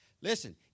Listen